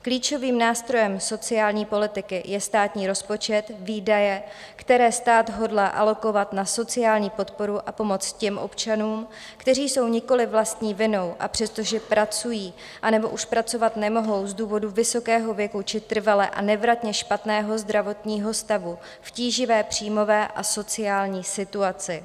Klíčovým nástrojem sociální politiky je státní rozpočet, výdaje, které stát hodlá alokovat na sociální podporu a pomoc těm občanům, kteří jsou nikoli vlastní vinou, a přestože pracují, anebo už pracovat nemohou z důvodu vysokého věku či trvale a nevratně špatného zdravotního stavu, v tíživé příjmové a sociální situaci.